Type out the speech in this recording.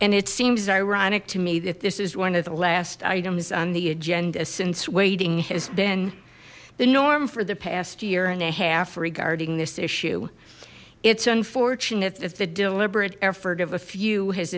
and it seems ironic to me that this is one of the last items on the agenda since waiting has been the norm for the past year and a half regarding this issue it's unfortunate that the deliberate effort of a few has